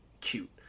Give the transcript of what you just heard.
cute